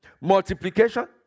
multiplication